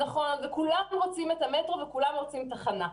כולנו רוצים את המטרו וכולם רוצים תחנה,